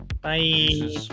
Bye